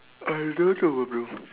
I don't know ah bro